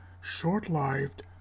short-lived